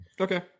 Okay